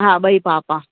हा ॿई पाउ पाउ